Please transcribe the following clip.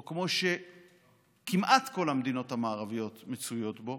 או כמו שכמעט כל המדינות המערביות מצויות בו,